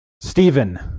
Stephen